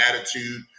attitude